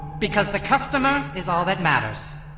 because the customer is all that matters.